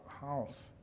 house